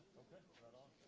okay but